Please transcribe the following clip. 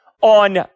on